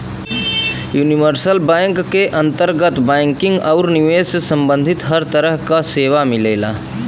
universal bank क अंतर्गत banking आउर निवेश से सम्बंधित हर तरह क सेवा मिलला